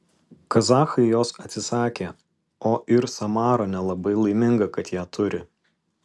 kazachai jos atsisakė o ir samara nelabai laiminga kad ją turi